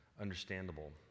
understandable